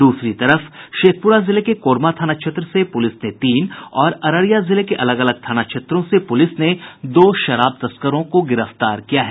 दूसरी तरफ शेखपुरा जिले के कोरमा थाना क्षेत्र से पुलिस ने तीन और अररिया जिले के अलग अलग थाना क्षेत्रों से पुलिस ने दो शराब तस्करों को गिरफ्तार किया है